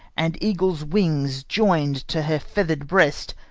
and eagle's wings join'd to her feather'd breast,